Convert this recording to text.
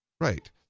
Right